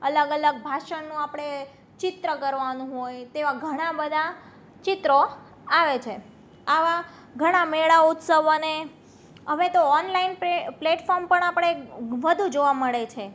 અલગ અલગ ભાષણનું આપણે ચિત્ર કરવાનું હોય તેવાં ઘણાં બધા ચિત્રો આવે છે આવાં ઘણા મેળા ઉત્સવ અને હવે તો ઓનલાઇન પ્લેટફોર્મ પણ આપણે વધુ જોવાં મળે છે